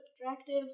attractive